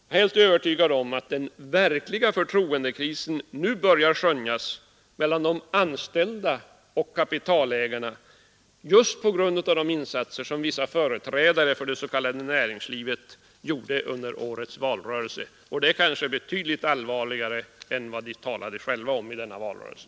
Jag är helt övertygad om att den verkliga förtroendekrisen nu börjar skönjas mellan de anställda och kapitalägarna — just på grund av de insatser som vissa företrädare för det s.k. näringslivet gjorde under årets valrörelse. Och den förtroendekrisen blir kanske betydligt allvarligare än den som de själva talade om i denna valrörelse.